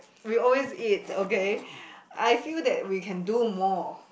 we always eat okay I feel that we can do more